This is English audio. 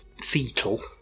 fetal